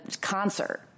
concert